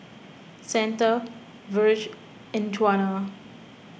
Santa Virge and Djuana